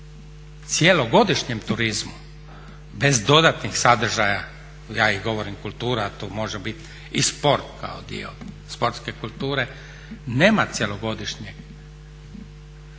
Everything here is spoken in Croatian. cjelogodišnjem turizmu bez dodatnih sadržaja, ja ih govorim kultura a to može biti i sport kao dio sportske kulture, nema cjelogodišnjeg turizma.